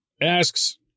asks